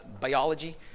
biology